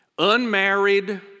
unmarried